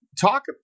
talk